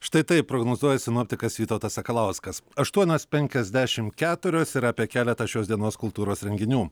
štai taip prognozuoja sinoptikas vytautas sakalauskas aštuonios penkiasdešim keturios ir apie keletą šios dienos kultūros renginių